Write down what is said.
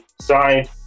signed